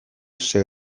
zer